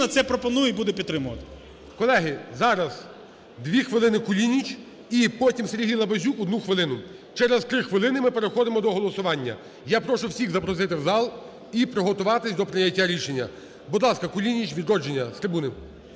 це пропонує і буде підтримувати. ГОЛОВУЮЧИЙ. Колеги, зараз 2 хвилини – Кулініч, і потім Сергій Лабазюк – 1 хвилину. Через 3 хвилини ми переходимо до голосування. Я прошу всіх запросити в зал і приготуватись до прийняття рішення. Будь ласка, Кулініч, "Відродження", з трибуни.